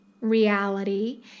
reality